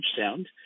sound